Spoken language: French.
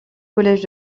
collège